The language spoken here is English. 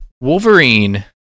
Wolverine